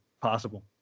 possible